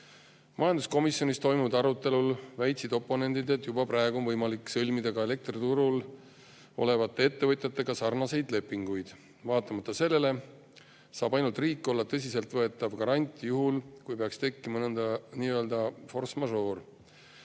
Majanduskomisjonis toimunud arutelul väitsid oponendid, et juba praegu on võimalik ka elektriturul olevate ettevõtjatega sõlmida sarnaseid lepinguid. Vaatamata sellele saab ainult riik olla tõsiselt võetav garant juhuks, kui peaks tekkima nii-öeldaforce